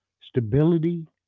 stability